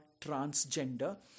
transgender